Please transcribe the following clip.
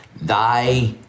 thy